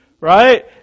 right